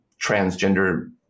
transgender